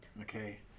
Okay